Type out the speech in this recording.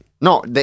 No